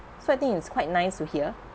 so I think it's quite nice to hear